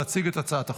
להציג את הצעת החוק.